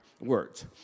words